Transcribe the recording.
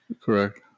correct